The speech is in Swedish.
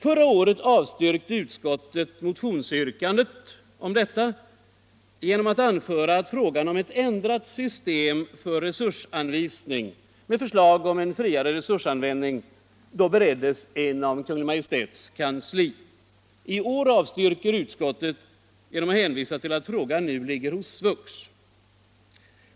Förra året avstyrkte utskottet motionsyrkandet härom genom att anföra att frågan om ändrat system för resursanvisning — med förslag om friare resursanvändning — då bereddes inom Kungl. Maj:ts kansli. I år avstyrker utskottet genom att hänvisa till att frågan nu ligger hos SVUX.